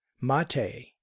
Mate